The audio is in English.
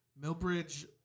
Millbridge